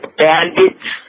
bandits